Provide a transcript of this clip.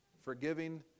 forgiving